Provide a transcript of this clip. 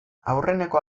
aurreneko